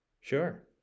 Sure